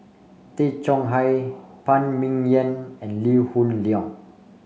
Tay Chong Hai Phan Ming Yen and Lee Hoon Leong